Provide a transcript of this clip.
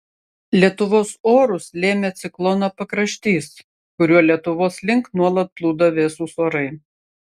lietuvos orus lėmė ciklono pakraštys kuriuo lietuvos link nuolat plūdo vėsūs orai